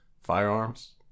firearms